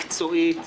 מקצועית.